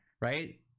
right